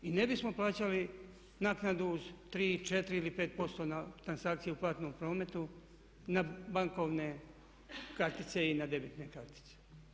I ne bismo plaćali naknadu uz 3, 4 ili 5% na transakcije u platnom prometu na bankovne kartice i na devizne kartice.